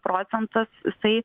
procentas jisai